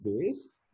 base